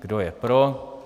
Kdo je pro?